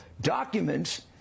documents